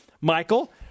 Michael